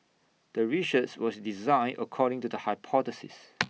the research was designed according to the hypothesis